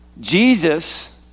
Jesus